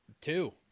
Two